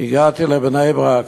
הגעתי לבני-ברק,